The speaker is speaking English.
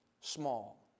small